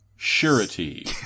Surety